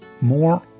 more